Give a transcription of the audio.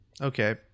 Okay